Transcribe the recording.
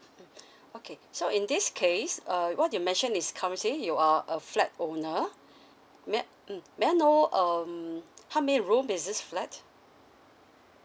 okay so in this case uh what you mentioned is currently you are a flat owner may I mm may I know um how many room is this flat